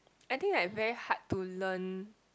I think like very hard to learn